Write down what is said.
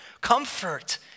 Comfort